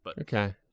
Okay